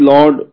Lord